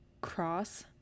cross